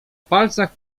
palcach